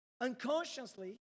unconsciously